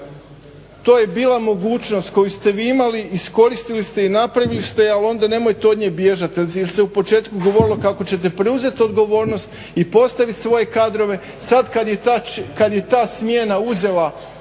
To je bila mogućnost koju ste vi imali, iskoristili ste i napravili ste je, ali onda nemojte od nje bježati jer se u početku govorili kako ćete preuzeti odgovornost i postavit svoje kadrove. Sad kad je ta smjena uzela